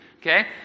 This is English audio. Okay